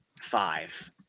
five